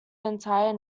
entire